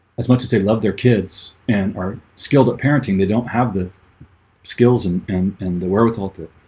as much as they love their kids and are skilled at parenting they don't have the skills and and and the wherewithal to